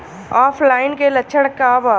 ऑफलाइनके लक्षण क वा?